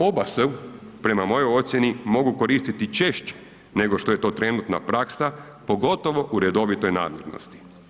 Oba se prema mojoj ocijeni mogu koristiti i češće nego što je trenutna praksa, pogotovo u redovitoj nadležnosti.